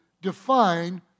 define